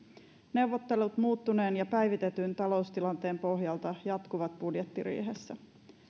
neuvottelut muuttuneen ja päivitetyn taloustilanteen pohjalta jatkuvat budjettiriihessä